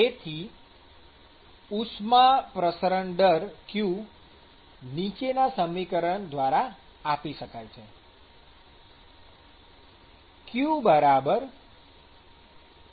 તેથી ઉષ્મા પ્રસરણ દર q નીચેના સમીકરણ દ્વારા આપી શકાય છે